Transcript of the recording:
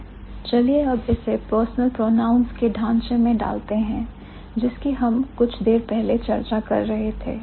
चलिए अब इसे personal pronouns के ढांचे में डालते हैं जिसकी हम कुछ देर पहले चर्चा कर रहे थे